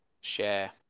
share